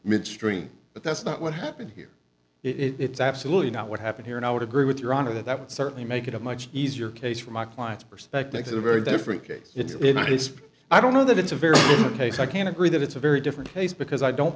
midstream but that's not what happened here it's absolutely not what happened here and i would agree with your honor that that would certainly make it a much easier case for my client's perspective a very different case it is i don't know that it's a very case i can agree that it's a very different case because i don't